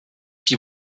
die